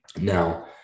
now